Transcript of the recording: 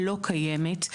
לא קיימת.